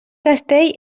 castell